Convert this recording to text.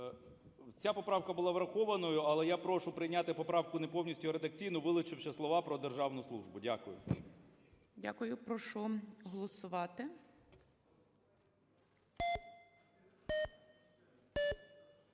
Ця поправка була врахованою, але я прошу прийняти поправку не повністю, а редакційно, вилучивши слова "про державну службу". Дякую. ГОЛОВУЮЧИЙ. Дякую. Прошу голосувати.